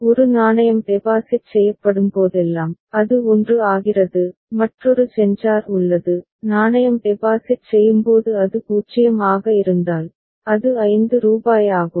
ஒரு நாணயம் டெபாசிட் செய்யப்படும்போதெல்லாம் அது 1 ஆகிறது மற்றொரு சென்சார் உள்ளது நாணயம் டெபாசிட் செய்யும்போது அது 0 ஆக இருந்தால் அது ரூபாய் 5 ஆகும்